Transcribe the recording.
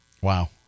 Wow